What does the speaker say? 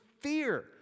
fear